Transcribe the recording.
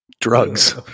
Drugs